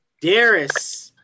Darius